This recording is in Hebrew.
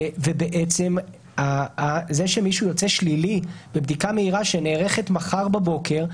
ובעצם זה שמישהו יוצא שלילי בבדיקה מהירה שנערכת מחר בבוקר,